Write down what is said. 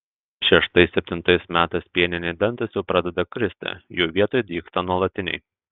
šeštais septintais metais pieniniai dantys jau pradeda kristi jų vietoj dygsta nuolatiniai